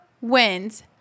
wins